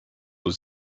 aux